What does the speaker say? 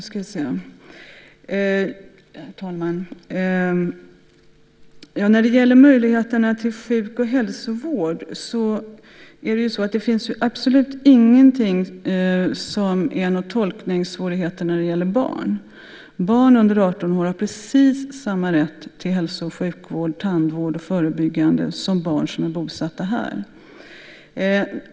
Herr talman! När det gäller möjligheterna till sjuk och hälsovård finns det inga tolkningssvårigheter i fråga om barn. Barn under 18 år har precis samma rätt till hälso och sjukvård, tandvård och förebyggande vård som barn som är bosatta här.